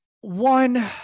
one